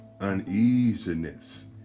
uneasiness